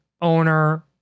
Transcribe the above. owner